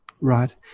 Right